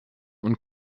und